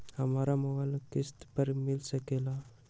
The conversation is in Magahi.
हमरा मोबाइल किस्त पर मिल सकेला?